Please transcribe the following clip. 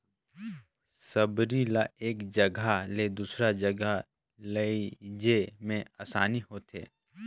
सबरी ल एक जगहा ले दूसर जगहा लेइजे मे असानी होथे